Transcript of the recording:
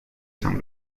san